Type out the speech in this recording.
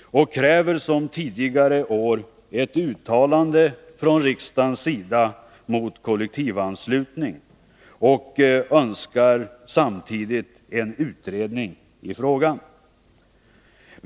och kräver som tidigare år ett uttalande från riksdagens sida mot kollektivanslutning och önskar samtidigt en utredning i frågan.